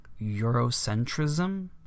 Eurocentrism